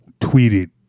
tweeted